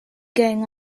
going